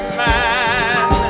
man